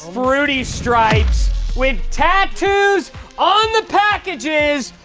fruity stripes with tattoos on the packages.